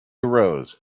arose